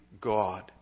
God